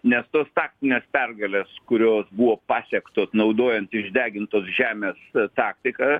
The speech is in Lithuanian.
nes tos taktinės pergalės kurios buvo pasiektos naudojant išdegintos žemės taktiką